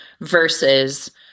versus